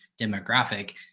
demographic